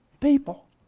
people